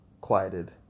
Quieted